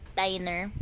diner